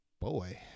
Boy